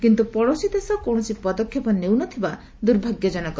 କିନ୍ତୁ ପଡ଼ୋଶୀ ଦେଶ କୌଣସି ପଦକ୍ଷେପ ନେଉନଥିବା ଦୁର୍ଭାଗ୍ୟ ଜନକ